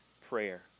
prayer